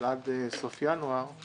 של עד סוף ינואר,